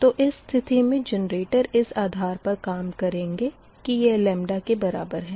तो इस स्थिति में जनरेटर इस आधार पर काम करेंगे कि यह लेमदा के बराबर हैं